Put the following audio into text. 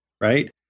right